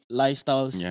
lifestyles